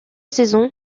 saison